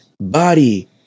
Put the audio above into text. body